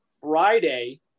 Friday